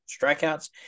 strikeouts